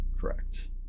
Correct